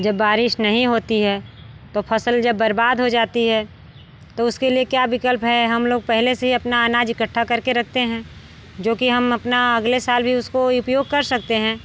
जब बारिश नहीं होती है तो फ़सल जब बर्बाद हो जाती है तो उसके लिए क्या विकल्प है हम लोग पहले से ही अपना अनाज इकट्ठा करके रखते हैं जो कि हम अपना अगले साल भी उसको उपयोग कर सकते हैं